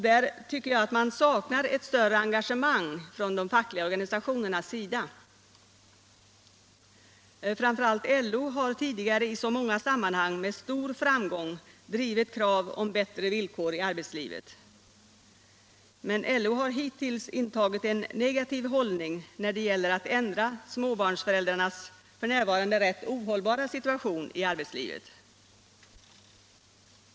Där tycker jag man saknar ett större engagemang från de fackliga organisationernas sida. Framför allt LO har tidigare i så många sammanhang med stor framgång drivit krav om bättre villkor i arbetslivet. Men LO har hittills intagit en negativ hållning när det gäller att ändra småbarnsföräldrarnas f.n. ganska ohållbara situation i arbetslivet.